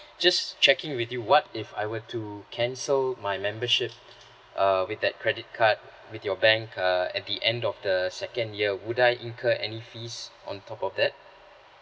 just checking with you what if I were to cancel my membership uh with that credit card with your bank uh at the end of the second year would I incur any fees on top of that